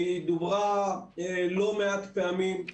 היא דוברה לא מעט פעמים.